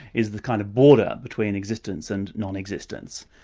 is the kind of border between existence and non-existence.